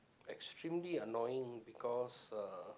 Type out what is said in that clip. extremely annoying because uh